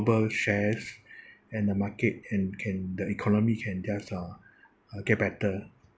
shares and the market and can the economy can just uh uh get better